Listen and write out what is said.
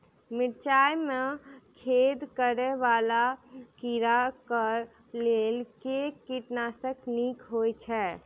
मिर्चाय मे छेद करै वला कीड़ा कऽ लेल केँ कीटनाशक नीक होइ छै?